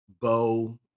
bow